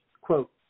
Quote